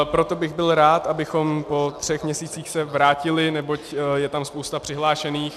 Proto bych byl rád, abychom se po třech měsících vrátili, neboť je tam spousta přihlášených.